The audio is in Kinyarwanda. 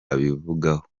abivugaho